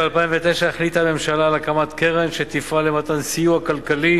ב-2009 החליטה הממשלה על הקמת קרן שתפעל למתן סיוע כלכלי